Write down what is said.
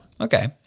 Okay